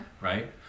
Right